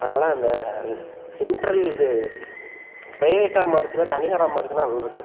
அதனால் அந்த சென்ட்ரல் இது ப்ரைவேட்டாக மாறிச்சின்னால் தனியாராக மாறிச்சின்னால் இருக்காது